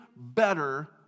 better